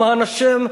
למען השם,